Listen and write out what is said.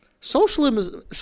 Socialism